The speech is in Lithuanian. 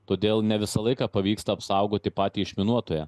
todėl ne visą laiką pavyksta apsaugoti patį išminuotoją